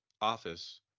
office